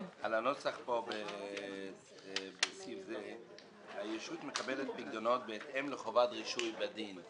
לנוסח פה בסעיף זה: "הישות מקבלת פיקדונות בהתאם לחובת רישוי בדין".